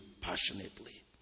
passionately